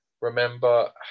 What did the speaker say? remember